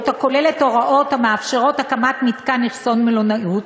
הכוללת הוראות המאפשרות הקמת מתקן אכסון מלונאי,